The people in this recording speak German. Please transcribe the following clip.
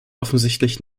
offensichtlich